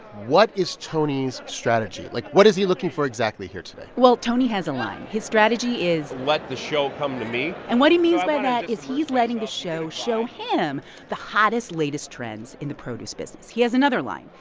what is tony's strategy? like, what is he looking for exactly here today? well, tony has a line. his strategy is. let the show come to me and what he means by that is he's letting the show show him the hottest, latest trends in the produce business. he has another line.